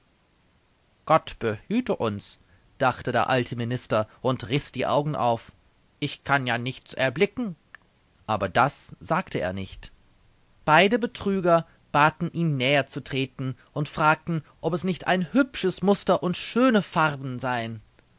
gott behüte uns dachte der alte minister und riß die augen auf ich kann ja nichts erblicken aber das sagte er nicht beide betrüger baten ihn näher zu treten und fragten ob es nicht ein hübsches muster und schöne farben seien